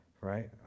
right